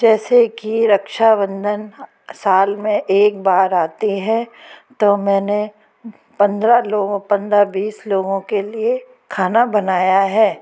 जैसे की रक्षा बंधन साल में एक बार आती है तो मैंने पंद्रह लोगों पंद्रह बीस लोगों के लिए खाना बनाया है